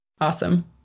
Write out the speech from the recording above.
Awesome